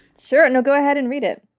sure. no, go ahead and read it.